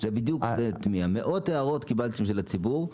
קיבלתם מאות הערות של הציבור,